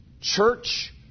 church